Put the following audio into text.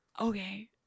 Okay